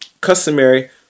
customary